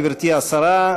גברתי השרה,